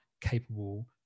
capable